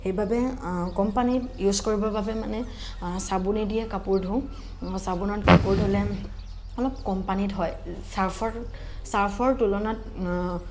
সেইবাবে কম পানীত ইউজ কৰিবৰ বাবে মানে চাবোনে দিয়ে কাপোৰ ধো চাবোনত কাপোৰ ধুলে অলপ কম পানীত হয় চাৰ্ফত চাৰ্ফৰ তুলনাত